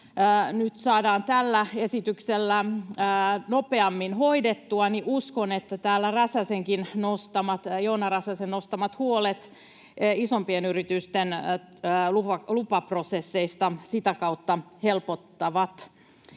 nyt saadaan tällä esityksellä nopeammin hoidettua, niin uskon, että täällä Joona Räsäsenkin nostamat huolet isompien yritysten lupaprosesseista sitä kautta helpottavat.